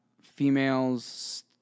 females